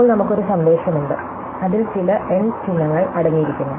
ഇപ്പോൾ നമുക്ക് ഒരു സന്ദേശമുണ്ട് അതിൽ ചില n ചിഹ്നങ്ങൾ അടങ്ങിയിരിക്കുന്നു